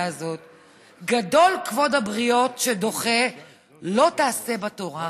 הזאת: "גדול כבוד הבריות שדוחה לא תעשה שבתורה".